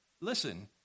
Listen